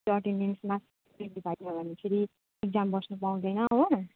त्यो अटेन्डेन्समा seventy five भने फेरि इक्जाम बस्नु पाउँदैन हो